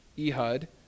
Ehud